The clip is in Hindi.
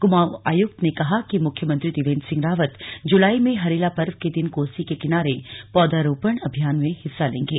कुमाऊ आयक्त ने कहा कि मुख्यमंत्री त्रिवेन्द्र सिंह रावत जुलाई में हरेला पर्व के दिन कोसी के किनारे पौधारोपण अभियान में हिस्सा लेंगे